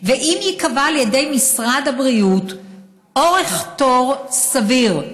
ואם ייקבע על ידי משרד הבריאות אורך תור סביר,